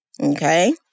Okay